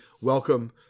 welcome